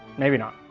maybe not.